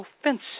offensive